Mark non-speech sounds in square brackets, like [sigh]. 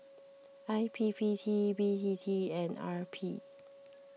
[noise] I P P T B T T and R P